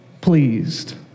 pleased